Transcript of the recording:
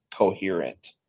coherent